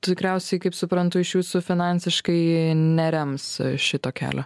tikriausiai kaip suprantu iš jūsų finansiškai nerems šito kelio